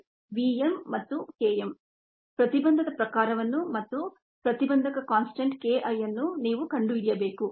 type of inhibition ಅನ್ನು ಮತ್ತು inhibition constant K I ಅನ್ನು ನೀವು ಕಂಡುಹಿಡಿಯಬೇಕು